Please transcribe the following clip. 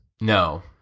No